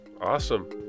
Awesome